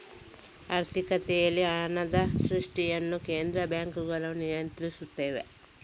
ಆರ್ಥಿಕತೆಗಳಲ್ಲಿ ಹಣದ ಸೃಷ್ಟಿಯನ್ನು ಕೇಂದ್ರ ಬ್ಯಾಂಕುಗಳು ನಿಯಂತ್ರಿಸುತ್ತವೆ